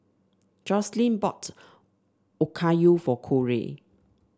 Jocelynn bought Okayu for Korey